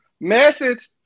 Message